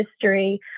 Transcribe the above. History